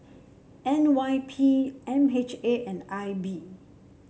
N Y P M H A and I B